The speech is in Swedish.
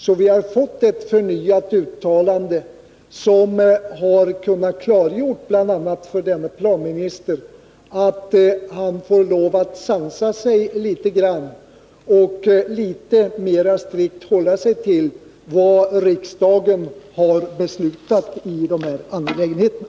Då hade vi fått ännu ett uttalande som bl.a. hade kunnat klargöra för vår planminister att han får lov att sansa sig litet grand och att han litet mera strikt får hålla sig till vad riksdagen har beslutat i de här angelägenheterna.